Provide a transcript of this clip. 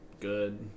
good